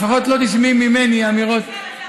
לפחות לא תשמעי ממני אמירות, סגן השר,